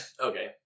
Okay